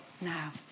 now